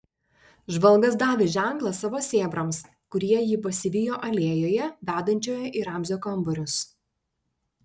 žvalgas davė ženklą savo sėbrams kurie jį pasivijo alėjoje vedančioje į ramzio kambarius